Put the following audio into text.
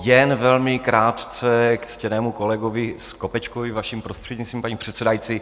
Jen velmi krátce k ctěnému kolegovi Skopečkovi, vaším prostřednictvím, paní předsedající.